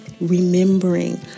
remembering